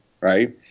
right